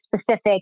specific